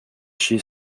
she